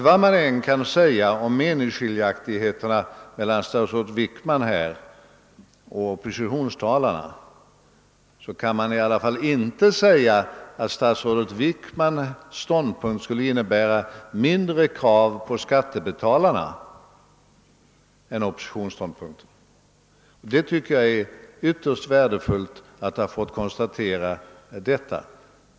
Vad man än kan säga om meningsskiljaktigheterna mellan statsrådet Wickman och oppositionstalarna kommer dock inte hans ståndpunkt att i längden innebära mindre krav på skattebetalarna än den ståndpunkt oppositionen intar. Jag tycker att det är ytterst värdefullt att ha fått konstatera detta.